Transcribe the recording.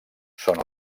són